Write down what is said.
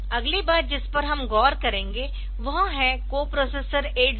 अगली बात जिस पर हम गौर करेंगे वह है कोप्रोसेसर 8087